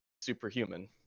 superhuman